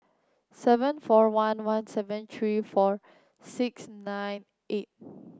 seven four one one seven three four six nine eight